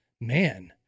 man